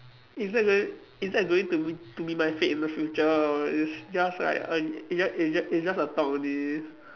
is that going is that going to be to be my fate in the future or is just like i~ is just is just is just like a thought only